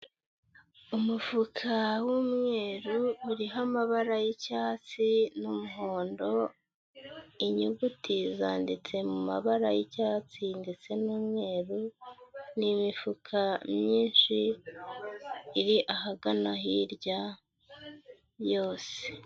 Umufuka w'umweru uriho amabara y'icyatsi n'umuhondo, inyuguti zanditse mu mabara y'icyatsi ndetse n'umweru, ni imifuka myinshi iri ahagana hirya yose.